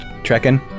trekking